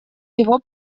его